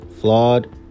flawed